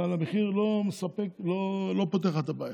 אבל המחיר לא מספק, לא פותר לך את הבעיה.